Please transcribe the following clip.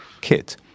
kit